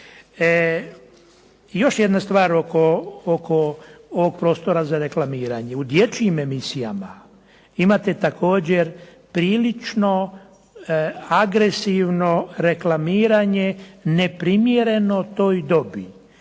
Još jedna stvar oko prostora za reklamiranje. U dječjim emisijama imate također prilično agresivno reklamiranje neprimjereno toj dobi.